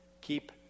Keep